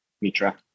Mitra